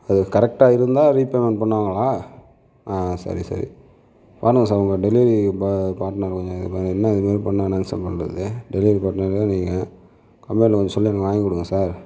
அது கரெக்டாக இருந்தால் ரீஃபேமெண்ட் பண்ணுவாங்களா சரி சரி வேண்ணாம் சார் உங்கள் டெலிவரி பாட்னர் அவங்க என்ன இது மாதிரி பண்ண என்ன சார் பண்ணுறது டெலிவரி பாட்னர் நீங்கள் கம்ப்ளைன்ட் சொல்லி கொஞ்சம் வாங்கி கொடுங்க சார்